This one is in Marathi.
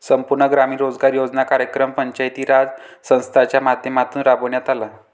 संपूर्ण ग्रामीण रोजगार योजना कार्यक्रम पंचायती राज संस्थांच्या माध्यमातून राबविण्यात आला